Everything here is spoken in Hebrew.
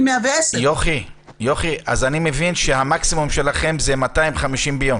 110. אני מבין שהמקסימום שלכם זה 250 ביום.